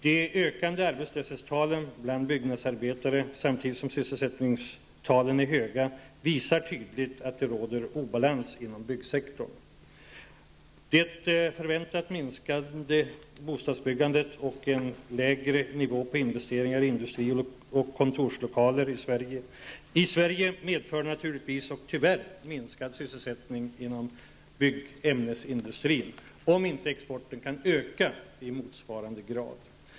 Det faktum att arbetslöshetstalen bland byggnadsarbetare ökar samtidigt som sysselsättningstalen är höga, visar tydligt att det råder obalans inom byggsektorn. Det förväntat minskade bostadsbyggandet och en lägre nivå på investeringar i industri och kontorslokaler i Sverige medför naturligtvis, tyvärr, minskad sysselsättning inom byggämnesindustrin, om inte exporten kan öka i motsvarande grad.